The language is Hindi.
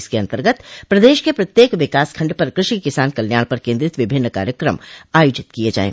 इसके अन्तर्गत प्रदेश के प्रत्येक विकास खण्ड पर कृषि किसान कल्याण पर केन्द्रित विभिन्न कार्यक्रम आयोजित किए जाएं